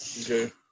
Okay